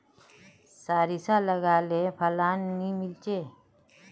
सारिसा लगाले फलान नि मीलचे?